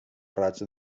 raig